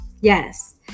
Yes